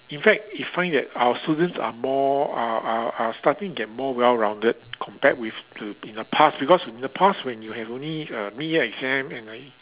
in fact you find that our students are more are are are starting to get more well rounded compared with in in the past because in the past when you have only err mid year exam and like